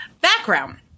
Background